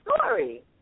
story